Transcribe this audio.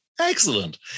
excellent